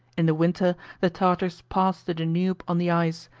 in the winter the tartars passed the danube on the ice,